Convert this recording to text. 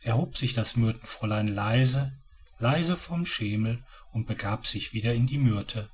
erhob sich das myrtenfräulein leise leise vom schemel und begab sich wieder in die myrte